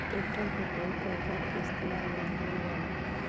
tractor के कई प्रकार के इस्तेमाल मे लिहल जाला